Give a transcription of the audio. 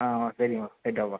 ஆ ஆ சரிங்பா போயிட்டுவாப்பா